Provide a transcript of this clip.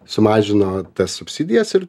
sumažino tas subsidijas ir